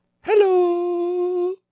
Hello